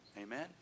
Amen